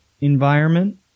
environment